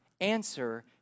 answer